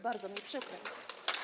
Bardzo mi przykro.